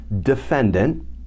defendant